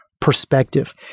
Perspective